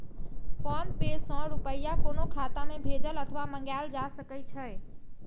PhonePe सं रुपया कोनो खाता मे भेजल अथवा मंगाएल जा सकै छै